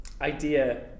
idea